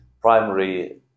primary